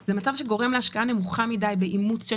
זה מצב שגורם להשקעה נמוכה באימוץ של